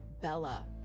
Bella